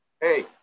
hey